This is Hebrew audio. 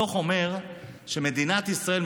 הדוח אומר שמדינת ישראל,